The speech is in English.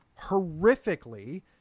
horrifically